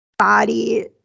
body